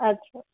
ଆଚ୍ଛା